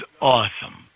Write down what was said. awesome